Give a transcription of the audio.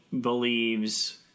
believes